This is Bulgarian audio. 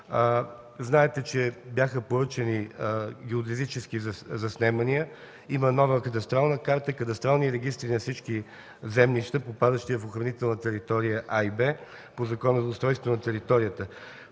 Знаете, че бяха поръчани геодезически заснемания. Има нова кадастрална карта и кадастрални регистри на всички землища, попадащи в охранителна територия А и Б по Закона за устройството на територията.